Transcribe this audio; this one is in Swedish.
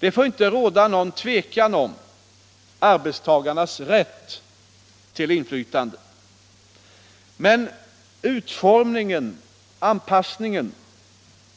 Det får inte råda någon tvekan om arbetstagarnas rätt till inflytande. Men utformningen, anpassningen